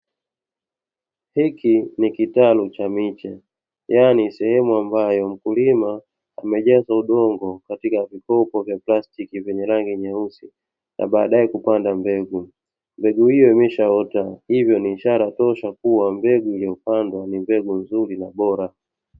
Hiki ni kitalu cha miche yaani sehemu ambayo mkulima amejaza udongo katika vikopo vya plastiki vyenye rangi nyeusi na baadae kupanda mbegu, mbegu hiyo imeshaota hivyo ni ishara tosha kuwa mbegu iliyopandwa ni mbegu nzuri na bora.